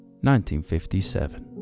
1957